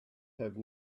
have